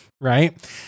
right